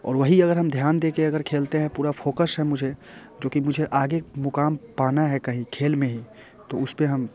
और वही अगर हम ध्यान देके अगर खेलते हैं पूरा फोकस है मुझे क्योंकि मुझे आगे मुकाम पाना है कहीं खेल में ही तो उसपे हम